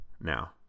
now